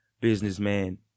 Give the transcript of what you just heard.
businessman